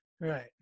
right